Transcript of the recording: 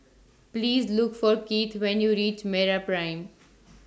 Please Look For Kieth when YOU REACH Meraprime